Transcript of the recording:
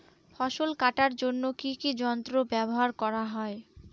ফসল কাটার জন্য কি কি যন্ত্র ব্যাবহার করা হয়?